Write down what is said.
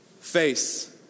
face